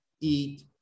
eat